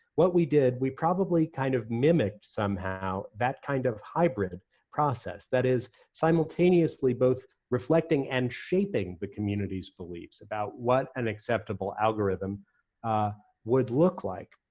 what we did, we probably kind of mimicked, somehow, that kind of hybrid process, that is, simultaneously both reflecting and shaping the community's beliefs about what an acceptable algorithm would look like.